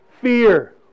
fear